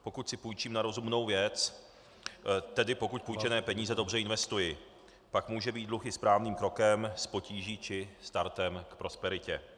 Pokud si půjčím na rozumnou věc, tedy pokud půjčené peníze dobře investuji, pak může být dluh i správným krokem z potíží či startem k prosperitě.